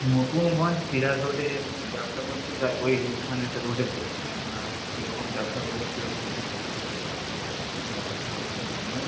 নতুন গঞ্জ ফিডার রোডে আমি ব্যবসা করতে চাই ওই ওখানেতে রোডেতে কী রকম ব্যবসা করলে কী রকম কী হবে একটু বলবেন আপনি এই সবই তো জানবেন